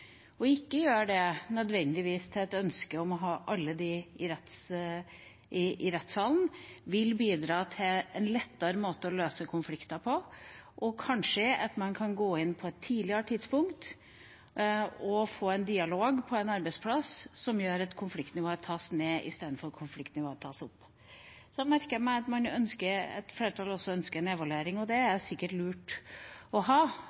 og ikke nødvendigvis gjøre det til et ønske om å ha alle i rettssalen, vil bidra til en lettere måte å løse konflikter på – at man kanskje kan gå inn på et tidligere tidspunkt og få en dialog på arbeidsplassen som gjør at konfliktnivået tas ned, istedenfor at konfliktnivået tas opp. Så merker jeg meg at flertallet også ønsker en evaluering, og det er sikkert lurt å ha.